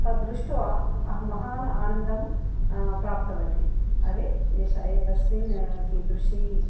तद्दृष्ट्वा अहं महान् आनन्दं प्राप्तवती अरे एषः एतस्मिन् किदृशी